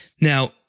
Now